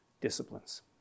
disciplines